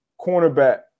cornerback